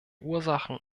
ursachen